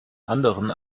anderen